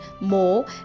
more